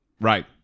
Right